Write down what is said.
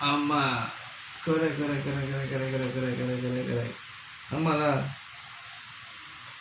ஆமா:aamaa correct correct correct correct correct correct correct correct correct correct ஆமா:aamaa lah